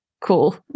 cool